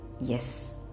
Yes